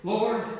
Lord